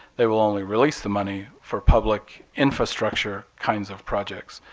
they will only release the money for public infrastructure kinds of projects,